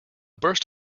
burst